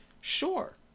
sure